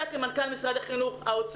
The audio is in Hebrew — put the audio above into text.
נקלענו למשבר עולמי.